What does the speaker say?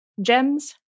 gems